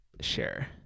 Share